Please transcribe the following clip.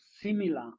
similar